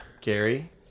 Gary